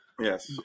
Yes